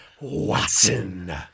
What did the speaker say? Watson